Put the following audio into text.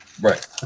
Right